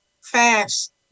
fast